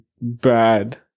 bad